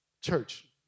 Church